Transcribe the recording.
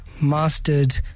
mastered